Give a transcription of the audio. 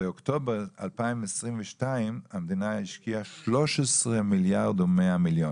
באוקטובר 2022 המדינה השקיעה 13.1 מיליארד שקלים.